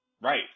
Right